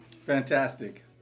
Fantastic